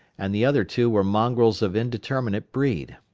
and the other two were mongrels of indeterminate breed.